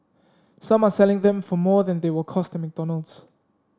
some are selling them for more than they will cost at McDonald's